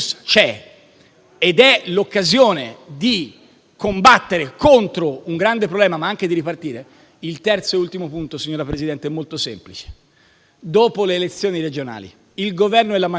ed è l'occasione di combattere contro un grande problema, ma anche di ripartire, l'ultimo punto è molto semplice: dopo le elezioni regionali, il Governo e la maggioranza